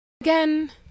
Again